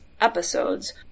episodes